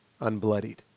unbloodied